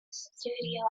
studio